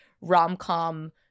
rom-com